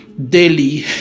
daily